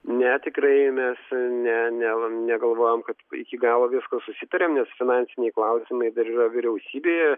ne tikrai mes ne ne negalvojam kad iki galo viską susitarėm nes finansiniai klausimai dar yra vyriausybėje